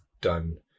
done